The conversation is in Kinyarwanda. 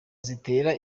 zitera